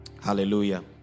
Hallelujah